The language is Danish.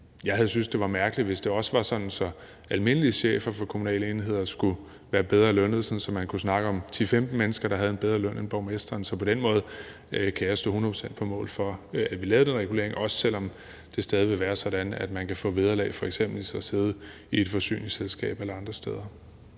have syntes, det var mærkeligt, hvis det også var sådan, at almindelige chefer for kommunale enheder skulle være bedre lønnet, sådan at der var tale om, at der var til 10-15 mennesker, der havde en bedre løn end borgmesteren. Så på den måde kan jeg stå hundrede procent på mål for, at vi lavede den regulering, også selv om det stadig vil være sådan, at man kan få vederlag for f.eks. at sidde i et forsyningsselskab eller andre steder.